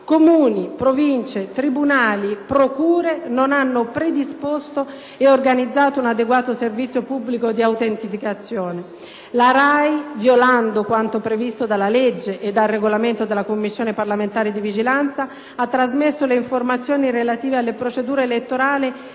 Comuni, Province, tribunali e procure non hanno predisposto e organizzato un adeguato servizio pubblico di autenticazione. La RAI, violando quanto previsto dalla legge e dal Regolamento della Commissione parlamentare di vigilanza, ha trasmesso le informazioni relative alle procedure elettorali